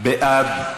בעד.